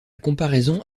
comparaison